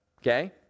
Okay